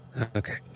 Okay